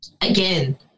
again